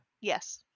Yes